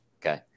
Okay